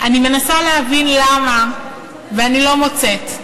אני מנסה להבין למה, ואני לא מוצאת.